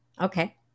Okay